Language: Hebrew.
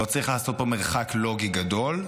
לא צריך לעשות פה מרחק לוגי גדול,